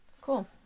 Cool